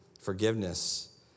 forgiveness